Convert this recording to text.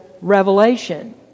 revelation